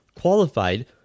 qualified